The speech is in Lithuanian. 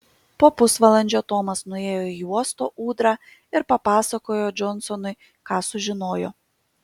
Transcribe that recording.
po pusvalandžio tomas nuėjo į uosto ūdrą ir papasakojo džonsonui ką sužinojo